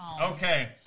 Okay